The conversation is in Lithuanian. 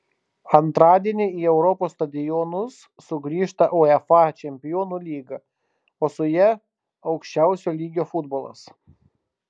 antradienį į europos stadionus sugrįžta uefa čempionų lyga o su ja aukščiausio lygio futbolas